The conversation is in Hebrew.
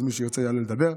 אז מי שירצה יבוא לדבר.